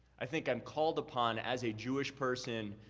i think i'm called upon as a jewish person,